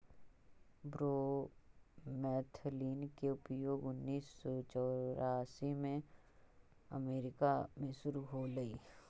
bromethalin के उपयोग उन्नीस सौ चौरासी में अमेरिका में शुरु होलई